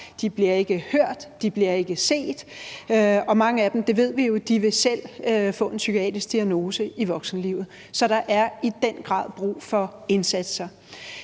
de bliver ikke hørt, de bliver ikke set, og vi ved jo, at mange af dem selv vil få en psykiatrisk diagnose i voksenlivet, så der er i den grad brug for indsatser.